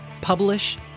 publish